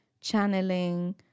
channeling